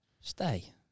Stay